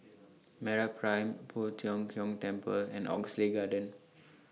Meraprime Poh Tiong Kiong Temple and Oxley Garden